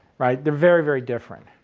right? they are very, very different.